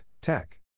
Tech